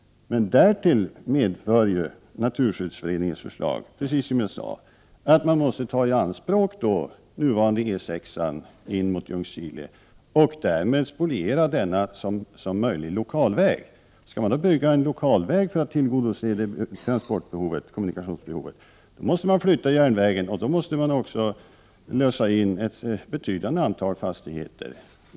Därtill medför Naturskyddsföreningens förslag, precis som jag sade, att man måste ta i anspråk nuvarande E 6 in mot Ljungskile och därmed spoliera denna som möjlig lokalväg. Skall man då bygga en lokalväg för att tillgodose kommunikationsbehovet måste man flytta järnvägen, och man måste också lösa in ett betydande antal fastigheter.